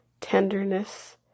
Tenderness